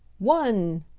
one!